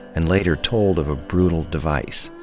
and later told of a brutal device.